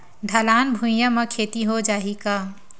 ढलान भुइयां म खेती हो जाही का?